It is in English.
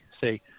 say